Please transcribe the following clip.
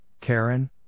Karen